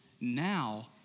now